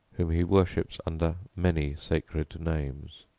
whom he worships under many sacred names.